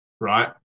right